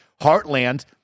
Heartland